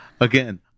Again